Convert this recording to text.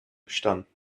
bestanden